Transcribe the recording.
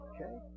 Okay